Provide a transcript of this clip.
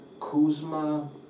Kuzma